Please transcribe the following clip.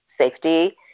safety